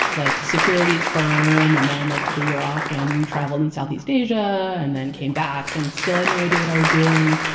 like, securities firm and then like, took a year off and traveled in southeast asia and then came back. and still, i know i do what i was doing.